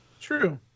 True